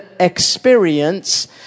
experience